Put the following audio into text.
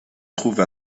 trouve